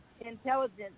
intelligence